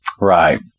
Right